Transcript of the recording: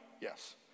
Yes